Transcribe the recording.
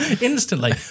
Instantly